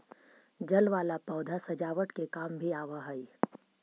जल वाला पौधा सजावट के काम भी आवऽ हई